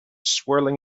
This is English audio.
swirling